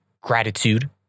gratitude